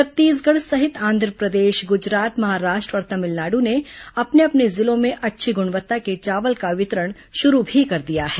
छत्तीसगढ सहित आन्ध्रप्रदेश गुजरात महाराष्ट्र और तमिलनाड् ने अपने अपने जिलों में अच्छी गुणवत्ता के चावल का वितरण शुरू भी कर दिया है